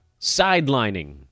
Sidelining